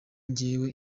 njyewe